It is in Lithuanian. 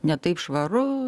ne taip švaru